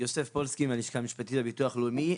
יוסף פולסקי מהלשכה המשפטית בביטוח לאומי.